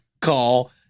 call